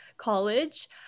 college